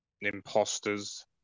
imposters